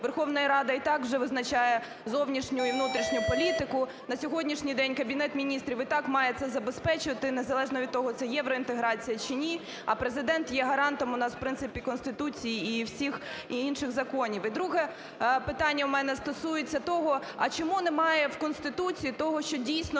Верховна Рада і так вже визначає зовнішню і внутрішню політику, на сьогоднішній день Кабінет Міністрів і так має це забезпечувати, незалежно від того, це євроінтеграція чи ні, а Президент є гарантом у нас, в принципі, Конституції і всіх… і інших законів. І друге питання в мене стосується того, а чому немає в Конституції того, що дійсно